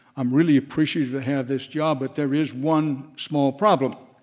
i'm really appreciative to have this job but there is one small problem.